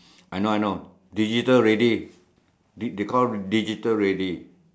I know I know digital ready they call digital ready